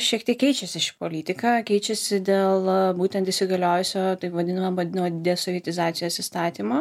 šiek tiek keičiasi ši politika keičiasi dėl būtent įsigaliojusio taip vadinamo vadinamo desovietizacijos įstatymo